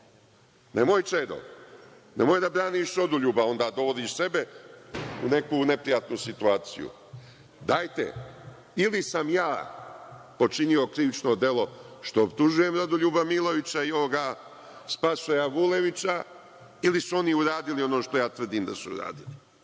Čedo, nemoj da braniš Rodoljuba, onda dovodiš sebe u neku neprijatnu situaciju. Dajte, ili sam ja počinio krivično delo što optužujem Rodoljuba Milovića i ovoga Spasoja Vulevića ili su oni uradili što ja tvrdim da su uradili,